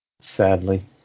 Sadly